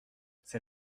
c’est